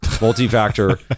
multi-factor